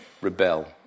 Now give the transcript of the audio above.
rebel